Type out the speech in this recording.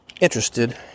interested